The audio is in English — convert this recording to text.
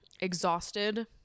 exhausted